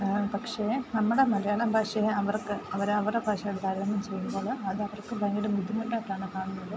പക്ഷെ നമ്മുടെ മലയാളം ഭാഷയെ അവർക്ക് അവർ അവരെ ഭാഷയുമായിട്ട് താരതമ്യം ചെയ്യുന്നതിനാൽ അത് അവർക്ക് ഭയങ്കര ബുദ്ധിമുട്ടായിട്ടാണ് കാണുന്നത്